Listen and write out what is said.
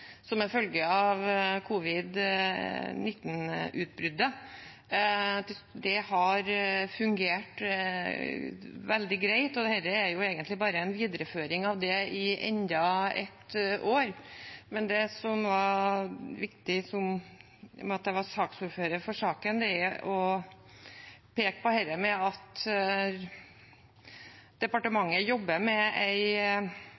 hatt en midlertidig lov om billettering som følge av covid-19-utbruddet. Det har fungert veldig greit, og dette er egentlig bare en videreføring av det i enda et år. I og med at jeg er ordfører for saken, er det viktig å peke på at departementet jobber med